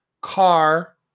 car